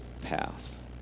path